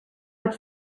its